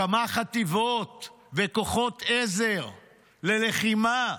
כמה חטיבות וכוחות עזר ללחימה.